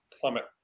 plummet